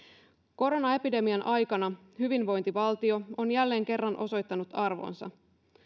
koronaepidemian aikana hyvinvointivaltio on jälleen kerran osoittanut arvonsa